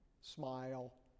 Smile